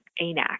ANAC